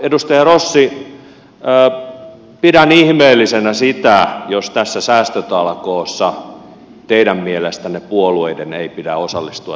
edustaja rossi pidän ihmeellisenä sitä jos tässä säästötalkoossa teidän mielestänne puolueiden ei pidä osallistua tähän säästämiseen